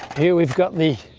here we've got the.